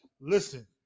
listen